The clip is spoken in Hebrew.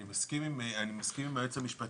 אני מסכים עם היועץ המשפטי,